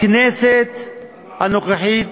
בכנסת הנוכחית,